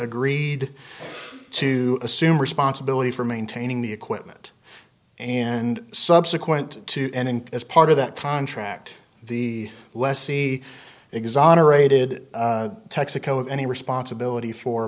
agreed to assume responsibility for maintaining the equipment and subsequent to and as part of that contract the lessee exonerated texaco of any responsibility for